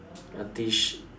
a tee S~